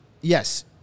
yes